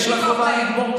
זה לא מדויק.